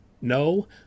no